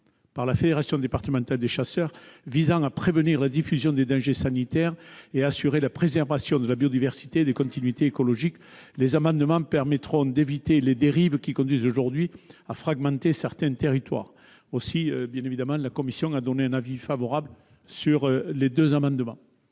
par la fédération départementale des chasseurs visant à prévenir la diffusion des dangers sanitaires et à assurer la préservation de la biodiversité et des continuités écologiques, l'adoption de ces amendements permettra d'éviter les dérives conduisant aujourd'hui à fragmenter certains territoires. La commission a donc émis un avis favorable sur ces amendements